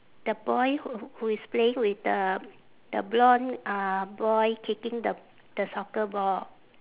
the boy who who is playing with the the blonde uh boy kicking the the soccer ball